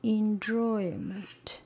enjoyment